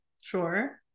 Sure